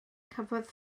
cafodd